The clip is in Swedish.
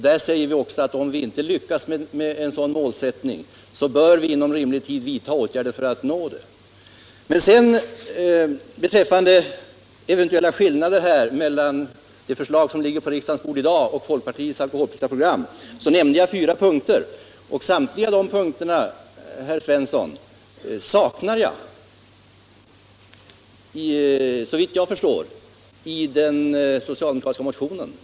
Där säger vi också, att om vi inte lyckas med en sådan målsättning, så bör vi inom rimlig tid vidta åtgärder för att göra det. Beträffande jämförelse i övrigt mellan det förslag som i dag ligger på riksdagens bord och folkpartiets alkoholpolitiska program nämnde jag fyra punkter. Såvitt jag förstår saknas samtliga dessa punkter i den socialdemokratiska motionen.